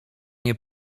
nie